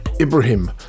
ibrahim